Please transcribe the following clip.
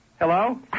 Hello